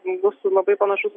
bus labai panašus